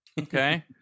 Okay